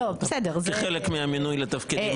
כחלק מהמינוי לתפקיד.